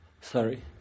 Sorry